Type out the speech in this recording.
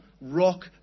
rock